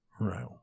Right